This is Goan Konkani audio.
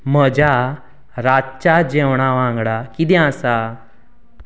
म्हज्या रातच्या जेवणा वांगडा कितें आसा